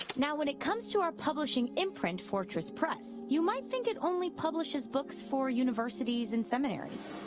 now when it comes to our publishing imprint fortress press, you might think it only publishes books for universities and seminaries.